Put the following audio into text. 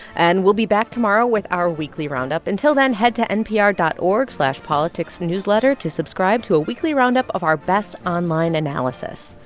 and we'll be back tomorrow with our weekly roundup. until then, head to npr dot org slash politicsnewsletter to subscribe to a weekly roundup of our best online analysis.